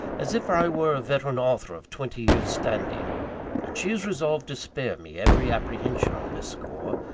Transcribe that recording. as if i were a veteran author of twenty years' standing and she is resolved to spare me every apprehension on this score,